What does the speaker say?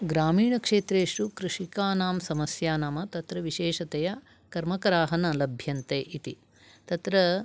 ग्रामीणक्षेत्रेषु कृषकानां समस्या नाम तत्र विशेषतया कर्मकराः न लभ्यन्ते इति तत्र